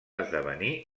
esdevenir